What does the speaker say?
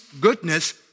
goodness